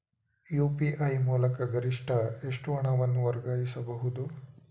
UPI ಮೂಲಕ ಗರಿಷ್ಠ ಎಷ್ಟು ಹಣವನ್ನು ವರ್ಗಾಯಿಸಬಹುದು?